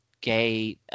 gay